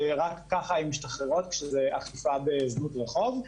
ורק ככה הן משתחררות כשזו אכיפה בזנות רחוב.